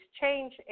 change